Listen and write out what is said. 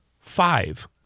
five